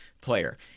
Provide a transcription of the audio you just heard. player